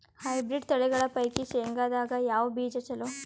Hybrid ತಳಿಗಳ ಪೈಕಿ ಶೇಂಗದಾಗ ಯಾವ ಬೀಜ ಚಲೋ?